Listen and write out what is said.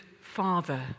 father